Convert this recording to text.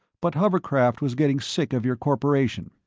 but hovercraft was getting sick of your corporation.